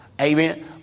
Amen